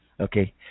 okay